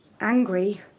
angry